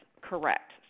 correct